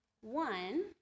One